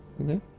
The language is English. Okay